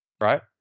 right